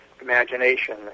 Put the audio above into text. imagination